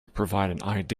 provide